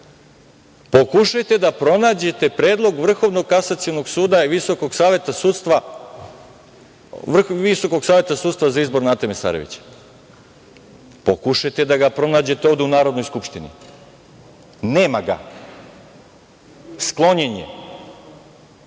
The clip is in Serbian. Pokušajte da ga pronađete predlog Vrhovnog kasacionog suda i Visokog saveta sudstva za izbor Nate Mesarević. Pokušajte da ga pronađete ovde u Narodnoj skupštini. Nema ga. Sklonjen